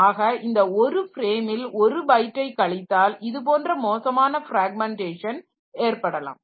ஆக இந்த 1 ஃப்ரேமில் 1 பைட்டை கழித்தால் இதுபோன்ற மோசமான பிராக்மெண்டேஷன் ஏற்படலாம்